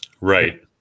Right